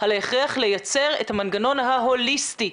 על ההכרח לייצר את המנגנון ההוליסטי,